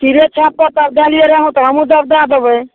तीरे छाप पर तब देलियै रहूँ तब हमहुँ सब दए देबै